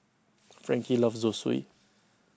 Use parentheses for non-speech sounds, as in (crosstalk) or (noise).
(noise) Frankie loves Zosui